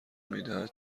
میدهد